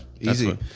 easy